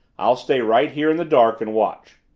i'll stay right here in the dark and watch.